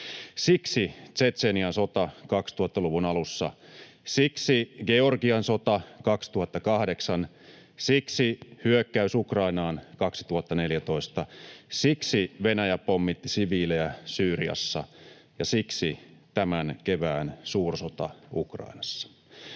Siksi Tšetšenian sota 2000-luvun alussa, siksi Georgian sota 2008, siksi hyökkäys Ukrainaan 2014, siksi Venäjä pommitti siviilejä Syyriassa, ja siksi tämän kevään suursota Ukrainassa.